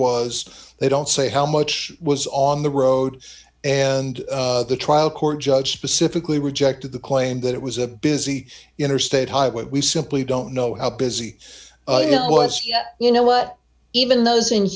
was they don't say how much was on the road and the trial court judge specifically rejected the claim that it was a busy interstate highway we simply don't know how busy you know what even tho